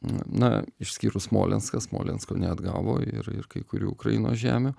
na išskyrus smolenską smolensko neatgavo ir ir kai kurių ukrainos žemių